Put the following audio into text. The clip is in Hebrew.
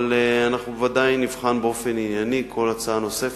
אבל אנחנו ודאי נבחן באופן ענייני כל הצעה נוספת.